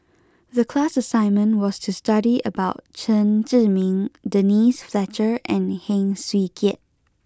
the class assignment was to study about Chen Zhiming Denise Fletcher and Heng Swee Keat